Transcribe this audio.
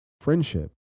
friendship